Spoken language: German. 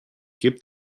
gibt